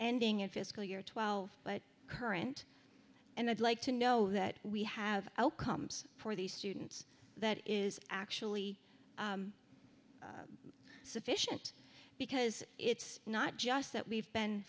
ending in fiscal year twelve but current and i'd like to know that we have outcomes for these students that is actually sufficient because it's not just that we've been